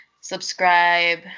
subscribe